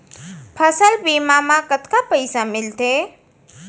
फसल बीमा म कतका पइसा मिलथे?